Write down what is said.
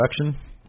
production